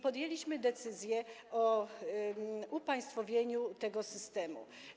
Podjęliśmy decyzję o upaństwowieniu tego systemu.